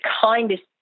kindest